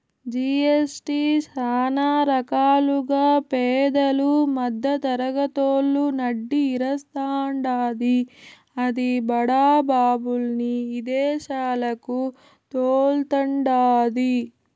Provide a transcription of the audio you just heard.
GST సానా రకాలుగా పేదలు, మద్దెతరగతోళ్ళు నడ్డి ఇరస్తాండాది, అది బడా బాబుల్ని ఇదేశాలకి తోల్తండాది